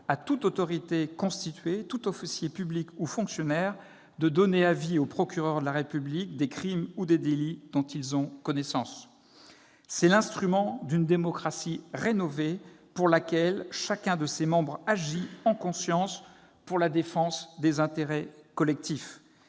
à toute autorité constituée, tout officier public ou fonctionnaire, de donner avis au procureur de la République des crimes ou des délits dont il a connaissance. C'est l'instrument d'une démocratie rénovée pour laquelle chacun de ses membres agit en conscience pour la défense des intérêts collectifs.